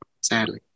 Sadly